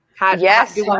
yes